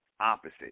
opposite